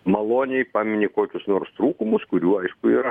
maloniai pamini kokius nors trūkumus kurių aišku yra